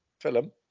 Film